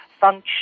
function